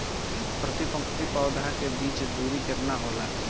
प्रति पंक्ति पौधे के बीच की दूरी केतना होला?